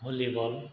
volleyball